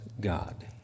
God